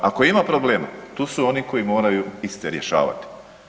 Ako ima problema, tu su oni koji moraju iste rješavati.